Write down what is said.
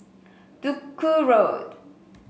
Duku Road